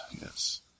Yes